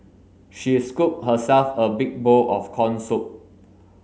she scooped herself a big bowl of corn soup